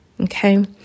Okay